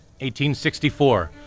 1864